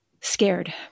scared